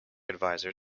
advisor